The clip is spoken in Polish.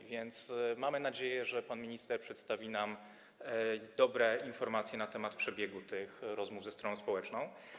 A więc mamy nadzieję, że pan minister przedstawi nam dobre informacje na temat przebiegu tych rozmów ze stroną społeczną.